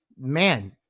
man